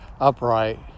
upright